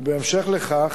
ובהמשך לכך,